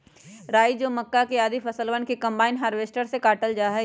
राई, जौ, मक्का, आदि फसलवन के कम्बाइन हार्वेसटर से काटल जा हई